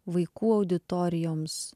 vaikų auditorijoms